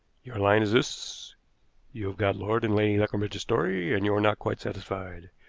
your line is this you have got lord and lady leconbridge's story, and you are not quite satisfied.